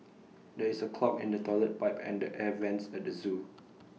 there is A clog in the Toilet Pipe and the air Vents at the Zoo